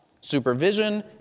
Supervision